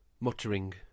muttering